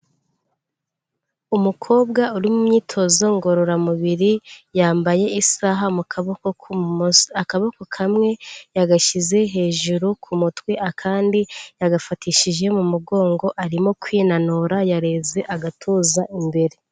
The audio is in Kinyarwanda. Umukobwa uri mu myitozo ngororamubiri, yambaye isaha mu kaboko k'ubumoso. Akaboko kamwe yagashyize hejuru ku mutwe, akandi yagafatishije mu mugongo arimo kwinanura yareze agatuza imbere.